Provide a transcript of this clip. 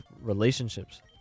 relationships